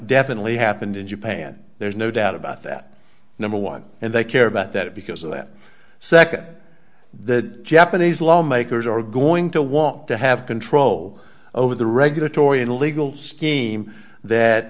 definitely happened in japan there's no doubt about that number one and they care about that because of that nd the japanese lawmakers are going to want to have control over the regulatory and legal scheme that